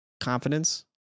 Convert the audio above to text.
confidence